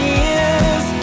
years